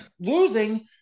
losing